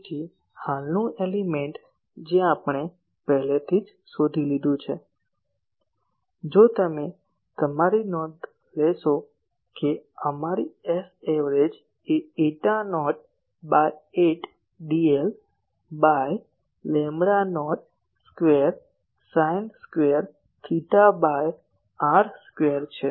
તેથી હાલનું એલિમેન્ટ જે આપણે પહેલેથી જ શોધી લીધું છે જો તમે તમારી નોંધો જોશો કે અમારી S av એ eta naught by 8 dl by lambda naught square sine square theta by r square છે